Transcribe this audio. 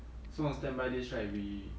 so on standby days right we